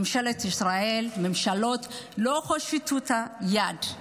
ממשלת ישראל, הממשלות, לא הושיטו את היד.